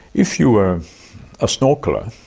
if you're a snorkeler,